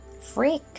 Freak